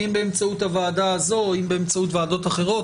אם באמצעות הוועדה הזו או אם באמצעות ועדות אחרות,